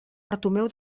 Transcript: bartomeu